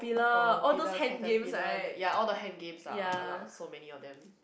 oh pillar caterpillar ya all the hand games lah ah lah so many of them